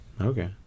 Okay